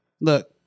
look